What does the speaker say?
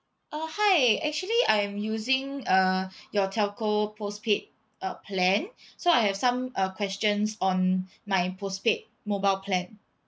uh hi actually I'm using uh your telco postpaid uh plan so I have some uh questions on my postpaid mobile plan